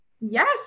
Yes